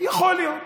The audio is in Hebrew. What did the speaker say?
יכול להיות.